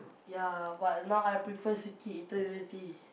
ya but now I prefer C_K Eternity